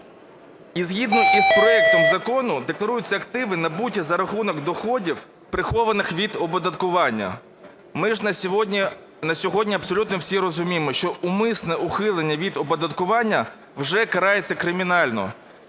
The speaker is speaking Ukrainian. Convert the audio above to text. І згідно із проектом закону декларуються активи, набуті за рахунок доходів, прихованих від оподаткування. Ми ж на сьогодні абсолютно всі розуміємо, що умисне ухилення від оподаткування вже карається кримінально,